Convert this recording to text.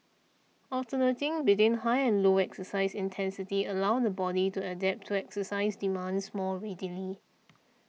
alternating between high and low exercise intensity allows the body to adapt to exercise demands more readily